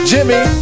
Jimmy